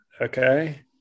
Okay